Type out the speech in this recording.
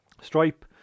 Stripe